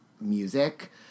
music